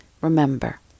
Remember